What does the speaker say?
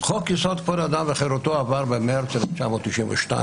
"חוק יסוד: כבוד האדם וחירותו, עבר במרס 1992,